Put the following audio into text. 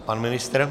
Pan ministr?